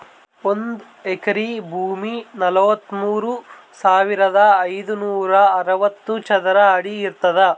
ಒಂದ್ ಎಕರಿ ಭೂಮಿ ನಲವತ್ಮೂರು ಸಾವಿರದ ಐನೂರ ಅರವತ್ತು ಚದರ ಅಡಿ ಇರ್ತದ